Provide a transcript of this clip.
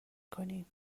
کنیم